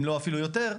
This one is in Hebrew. אם לא אפילו יותר,